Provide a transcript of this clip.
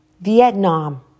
Vietnam